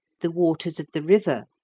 the waters of the river,